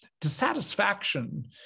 dissatisfaction